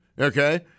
Okay